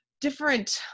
different